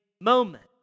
moment